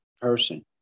person